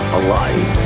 alive